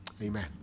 Amen